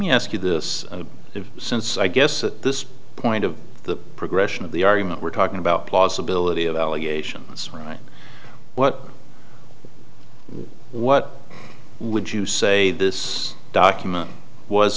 me ask you this since i guess at this point of the progression of the argument we're talking about possibility of allegations right what what would you say this document was